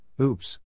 oops